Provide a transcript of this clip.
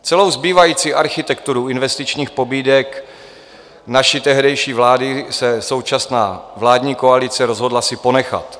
Celou zbývající architekturu investičních pobídek naší tehdejší vlády se současná vládní koalice rozhodla si ponechat.